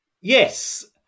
Yes